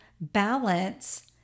balance